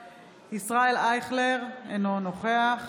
אינו נוכח ישראל אייכלר, אינו נוכח